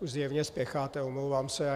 Zjevně spěcháte, omlouvám se.